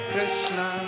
Krishna